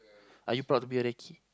are you proud to be a recce